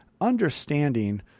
understanding